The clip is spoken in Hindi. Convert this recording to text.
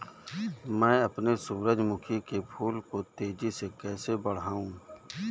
मैं अपने सूरजमुखी के फूल को तेजी से कैसे बढाऊं?